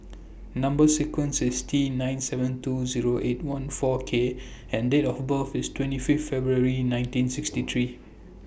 Number sequence IS T nine seven two Zero eight one four K and Date of birth IS twenty five February nineteen sixty three